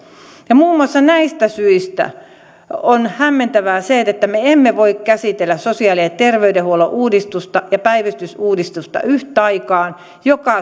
muun muassa näistä syistä on hämmentävää se että että me emme voi käsitellä sosiaali ja terveydenhuollon uudistusta ja päivystysuudistusta yhtä aikaa mikä